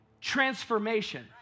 transformation